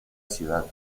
ciudad